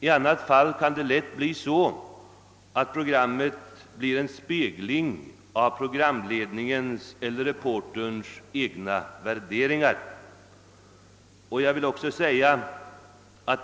I annat fall kan programmen lätt bli en spegling av programledningens eller reporterns egna värderingar.